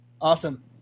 Awesome